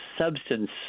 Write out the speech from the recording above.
substance